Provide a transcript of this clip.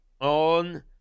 On